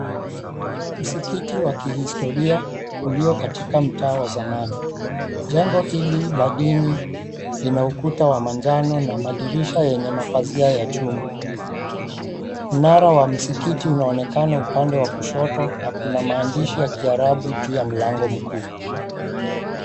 Msikiti wa kihistoria ulio katika mtaa wa zamani. Jengo hili la dini lina ukuta wa manjano na madirisha yenye mapazia ya chuma. Mnara wa msikiti unaonekana upande wa kushoto na kuna maandishi ya kiarabu juu ya mlango mkuu.